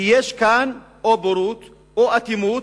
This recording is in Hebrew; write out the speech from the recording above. כי יש כאן או בורות או אטימות,